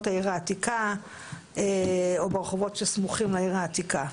העיר העתיקה או ברחובות הסמוכים לעיר העתיקה,